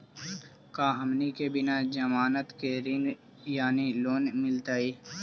का हमनी के बिना जमानत के ऋण यानी लोन मिलतई?